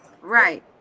Right